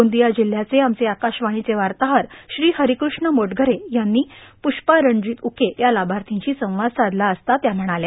गोंदिया जिल्ह्याचे आमचे आकाशवाणीचे वार्ताहर श्री हरिकृष्ण मोटघरे यांनी प्रष्पा रणजित उके या लाभार्थींशी संवाद साधला असता त्या म्हणाल्या